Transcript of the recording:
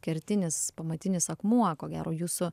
kertinis pamatinis akmuo ko gero jūsų